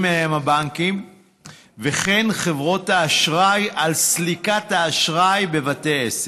מהם הבנקים וחברות האשראי על סליקת האשראי בבתי עסק.